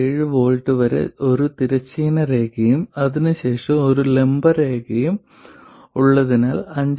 7 V വരെ ഒരു തിരശ്ചീന രേഖയും അതിനുശേഷം ഒരു ലംബ വരയും ഉള്ളതിനാൽ 5